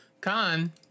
Khan